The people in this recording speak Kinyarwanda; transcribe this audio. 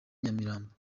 nyamirambo